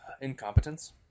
Incompetence